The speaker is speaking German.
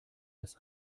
das